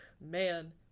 Man